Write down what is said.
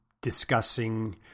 discussing